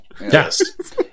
Yes